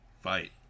fight